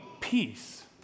peace